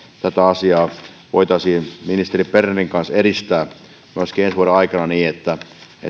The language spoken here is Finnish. tätä asiaa voitaisiin ministeri bernerin kanssa edistää myöskin ensi vuoden aikana niin että